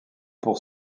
pour